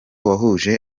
wahuje